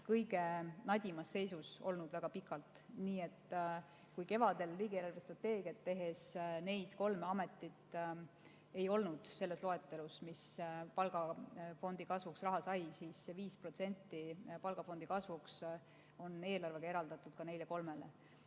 kõige nadimas seisus olnud väga pikalt. Kevadel riigi eelarvestrateegiat tehes neid kolme ametit ei olnud nende loetelus, kes palgafondi kasvuks raha said, nüüd on 5% palgafondi kasvuks eelarvega eraldatud ka neile kolmele.